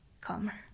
calmer